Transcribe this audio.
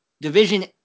Division